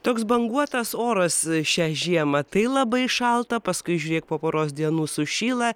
toks banguotas oras šią žiemą tai labai šalta paskui žiūrėk po poros dienų sušyla